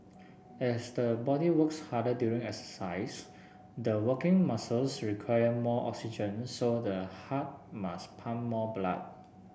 as the body works harder during exercise the working muscles require more oxygen so the heart must pump more blood